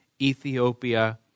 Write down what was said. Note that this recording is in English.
Ethiopia